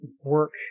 work